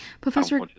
Professor